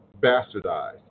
bastardized